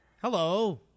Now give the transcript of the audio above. Hello